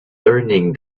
learning